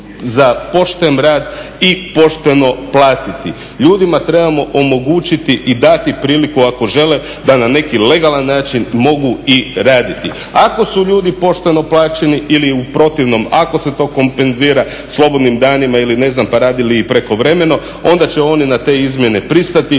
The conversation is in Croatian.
za pošten rad i pošteno platiti. Ljudima trebamo omogućiti i dati priliku ako žele da na neki legalan način mogu i raditi. ako su ljudi pošteno plaćeni ili u protivnom ako se to kompenzira slobodnim danima ili ne znam pa radili i prekovremeno onda će oni na te izmjene i pristati.